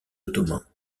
ottomans